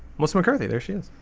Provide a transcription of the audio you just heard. what's mccarthy there? she is